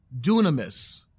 dunamis